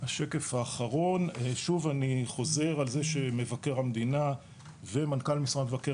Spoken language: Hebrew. השקף האחרון שוב אני חוזר על זה שמבקר המדינה ומנכ"ל משרד מבקר